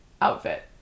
outfit